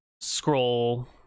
scroll